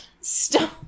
Stop